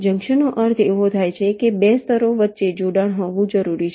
જંકશનનો અર્થ એવો થશે કે 2 સ્તરો વચ્ચે જોડાણ હોવું જરૂરી છે